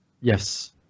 Yes